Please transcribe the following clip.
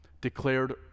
declared